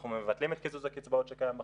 אנחנו מבטלים את קיזוז הקצבאות שקיים בחוק,